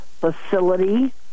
facility